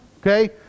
Okay